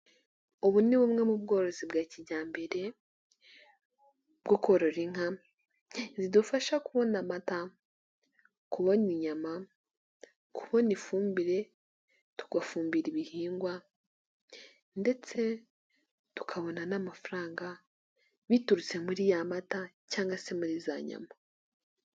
Ubu ni bumwe mu bworozi bwa kijyambere bwo korora inka zidufasha kubona amata, kubona inyama, kubona ifumbire tugafumbira ibihingwa ndetse tukabona n'amafaranga biturutse muri ya mata cyangwa se muri za nyama.